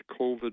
COVID